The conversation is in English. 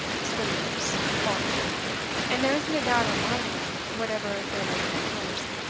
swindlers, all of them and there isn't a doubt on my mind, whatever there may be on yours,